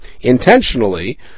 intentionally